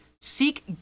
seek